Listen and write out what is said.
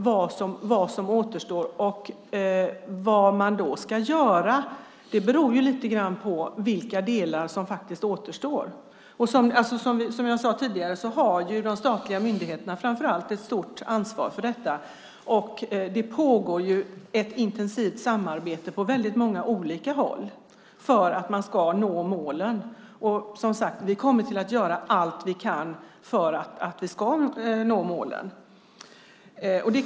Vad man då ska göra beror lite grann på vilka delar som återstår. Som jag sade tidigare har framför allt de statliga myndigheterna ett stort ansvar för detta. Det pågår ett intensivt arbete på väldigt många olika håll för att nå målen. Vi kommer som sagt att göra allt vi kan för att nå målen.